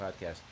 Podcast